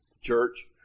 church